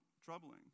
troubling